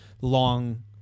long